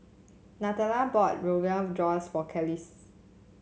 Natalya bought Rogan of Josh for Kelis